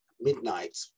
midnight